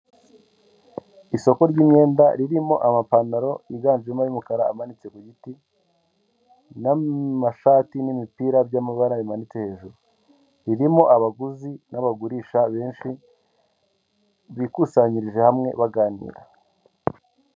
Isoko ry'imyenda ririmo amapantaro yiganjemo ay'umukara amanitse ku giti n'amashati n'imipira byamabara bimanitse hejuru, ririmo abaguzi n'abagurisha benshi bikusanyirije hamwe baganira.